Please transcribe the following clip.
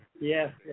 yes